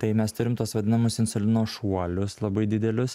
tai mes turim tuos vadinamus insulino šuolius labai didelius